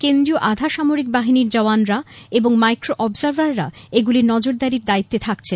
কেন্দ্রীয় আধা সামরিক বাহিনীর জওয়ানরা এবং মাইক্রো অবজার্ভাররা এগুলির নজরদারির দায়িত্বে থাকছেন